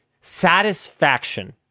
satisfaction